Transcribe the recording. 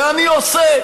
ואני עושה,